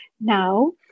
now